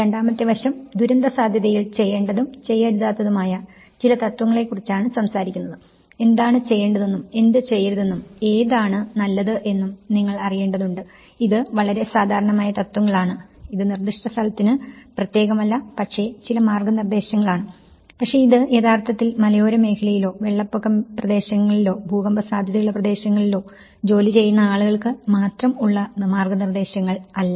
രണ്ടാമത്തെ വശം ദുരന്ത സാധ്യതയിൽ ചെയ്യേണ്ടതും ചെയ്യരുതാത്തതുമായ ചില തത്ത്വങ്ങളെക്കുറിച്ചാണ് സംസാരിക്കുന്നത് എന്താണ് ചെയ്യേണ്ടതെന്നും എന്ത് ചെയ്യരുതെന്നും ഏതാണ് നല്ലത് എന്നും നിങ്ങൾ അറിയേണ്ടതുണ്ട് ഇത് വളരെ സാധാരണമായ തത്വങ്ങളാണ് ഇത് നിർദിഷ്ടസ്ഥലത്തിനു പ്രത്യേകമല്ല പക്ഷെ ചില നിർദേശങ്ങളാണ് പക്ഷേ ഇത് യഥാർത്ഥത്തിൽ മലയോര മേഖലകളിലോ വെള്ളപ്പൊക്ക പ്രദേശങ്ങളിലോ ഭൂകമ്പ സാധ്യതയുള്ള പ്രദേശങ്ങളിലോ ജോലി ചെയ്യുന്ന ആളുകൾക്ക് മാത്രം ഉള്ള മാർഗ്ഗനിർദ്ദേശങ്ങൾ അല്ല